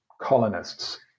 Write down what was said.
colonists